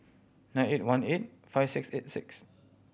nine eight one eight five six eight six